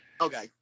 Okay